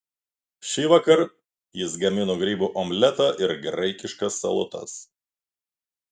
šįvakar jis gamino grybų omletą ir graikiškas salotas